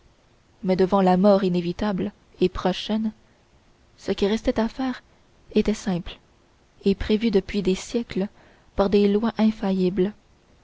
mais devant la mort inévitable et prochaine ce qui restait à faire était simple et prévu depuis des siècles par des lois infaillibles